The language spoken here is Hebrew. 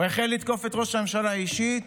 הוא החל לתקוף את ראש הממשלה אישית,